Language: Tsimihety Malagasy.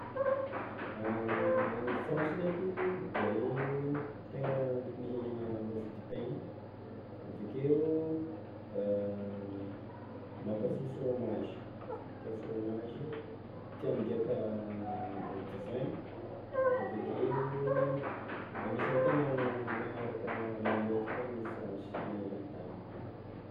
Agny France ndraiky, zareo tegna mihignana mofo dipaigny avekeo mankafy fraomazy, tià fraomazy tià migaka divin avekeo agnisan'ny tegna magnaraka lamaody koa ny France magnerantany.